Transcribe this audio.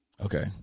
Okay